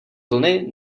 vlny